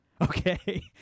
Okay